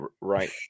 right